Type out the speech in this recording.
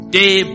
day